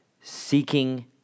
seeking